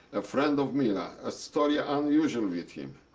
a friend of mila. a story unusual with him,